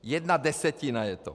Jedna desetina je to.